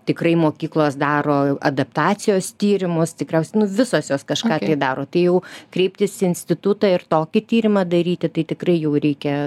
tikrai mokyklos daro adaptacijos tyrimus tikriausia nu visos jos kažką daro tai ėjau kreiptis į institutą ir tokį tyrimą daryti tai tikrai jau reikia